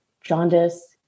jaundice